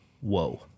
Whoa